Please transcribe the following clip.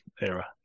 era